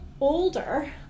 older